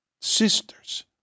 sisters